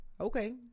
okay